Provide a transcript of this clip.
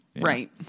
Right